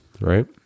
right